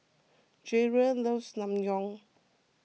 Jerrold loves Naengmyeon